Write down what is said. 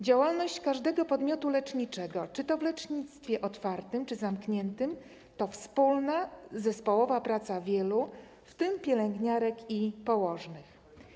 Działalność każdego podmiotu leczniczego, czy to w lecznictwie otwartym, czy zamkniętym, to wspólna, zespołowa praca wielu, w tym pielęgniarek i położnych.